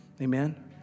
Amen